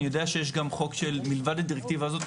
אני יודע שיש גם חוק שמלבד הדירקטיבה הזאת,